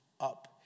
up